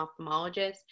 ophthalmologist